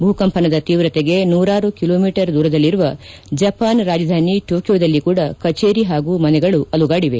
ಭೂಕಂಪನದ ತೀವ್ರತೆಗೆ ನೂರಾರು ಕಿಲೋಮೀಟರ್ ದೂರದಲ್ಲಿರುವ ಜಪಾನ್ ರಾಜಧಾನಿ ಟೊಕಿಯೋದಲ್ಲಿ ಕೂಡ ಕಚೇರಿ ಹಾಗೂ ಮನೆಗಳು ಅಲುಗಾಡಿವೆ